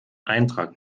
eintrag